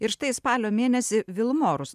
ir štai spalio mėnesį vilmorus